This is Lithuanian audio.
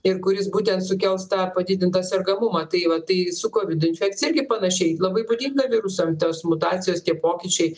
ir kuris būtent sukels tą padidintą sergamumą tai va tai su kovido infekcija irgi panašiai labai būdinga virusam tos mutacijos tie pokyčiai